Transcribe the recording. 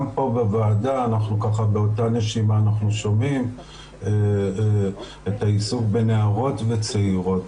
גם פה בוועדה אנחנו ככה באותה נשמע שומעים את העיסוק בנערות וצעירות.